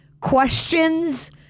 questions